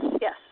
Yes